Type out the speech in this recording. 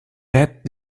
add